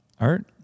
Art